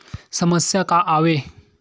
समस्या का आवे?